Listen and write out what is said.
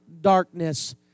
darkness